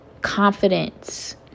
confidence